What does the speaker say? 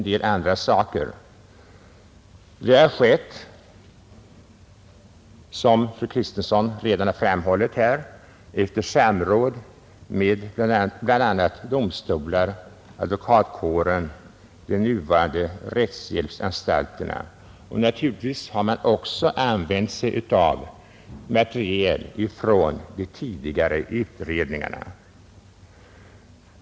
Det har skett, som fru Kristensson redan framhållit, efter samråd med bl.a. domstolar, advokatkåren och de nuvarande rättshjälpsanstalterna. Naturligtvis har man dessutom använt material från de tidigare utredningarna.